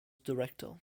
director